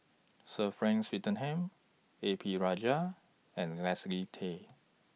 Sir Frank Swettenham A P Rajah and Leslie Tay